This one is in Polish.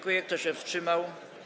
Kto się wstrzymał?